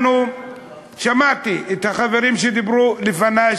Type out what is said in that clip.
שמעתי את החברים שדיברו לפני,